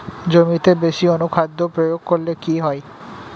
জমিতে বেশি অনুখাদ্য প্রয়োগ করলে কি হয়?